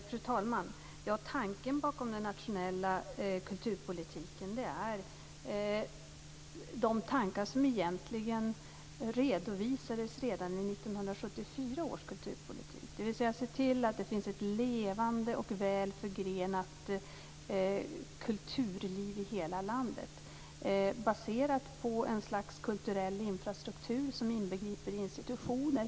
Fru talman! Tanken bakom den nationella kulturpolitiken är densamma som redovisades redan i 1974 års kulturpolitik, dvs. man skall se till att det finns ett levande och väl förgrenat kulturliv i hela landet baserat på ett slags kulturell infrastruktur som inbegriper institutioner.